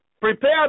Prepare